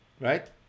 Right